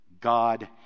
God